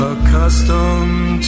Accustomed